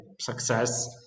success